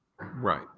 Right